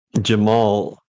Jamal